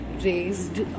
raised